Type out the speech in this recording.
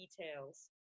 details